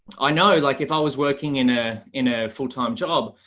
i know like if i was working in a in a full time job,